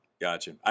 gotcha